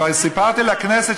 כבר סיפרתי לכנסת,